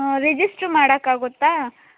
ಹ್ಞೂ ರಿಜಿಸ್ಟ್ರ್ ಮಾಡಕ್ಕೆ ಆಗುತ್ತಾ